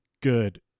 good